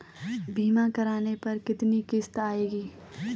बीमा करने पर कितनी किश्त आएगी?